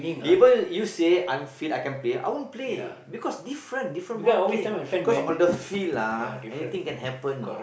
even you say I'm fit I can Play I won't play because different different ball game because on the field ah anything can happen you know